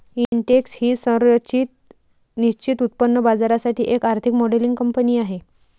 Intex ही संरचित निश्चित उत्पन्न बाजारासाठी एक आर्थिक मॉडेलिंग कंपनी आहे